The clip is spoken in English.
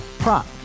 Prop